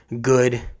good